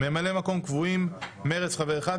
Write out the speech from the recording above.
ממלאי מקום קבועים: למרצ חבר אחד,